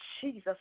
Jesus